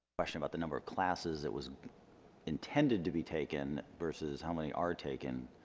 question about the number of classes that was intended to be taken versus how many are taken